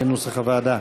כנוסח הוועדה.